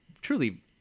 truly